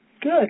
Good